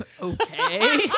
Okay